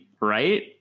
right